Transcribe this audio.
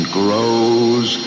grows